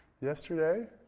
yesterday